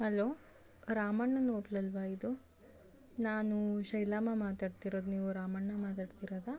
hello ರಾಮಣ್ಣನ ಹೋಟ್ಲಲ್ವಾ ಇದು ನಾನು ಶೈಲಮ್ಮ ಮಾತಾಡ್ತಿರೋದು ನೀವು ರಾಮಣ್ಣ ಮಾತಾಡ್ತಿರೋದಾ